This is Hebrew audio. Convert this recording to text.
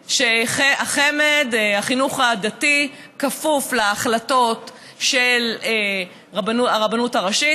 החמ"ד שהחינוך הדתי כפוף להחלטות של הרבנות הראשית,